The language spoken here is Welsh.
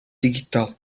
digidol